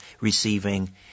receiving